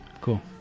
Cool